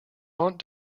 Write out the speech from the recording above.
aunt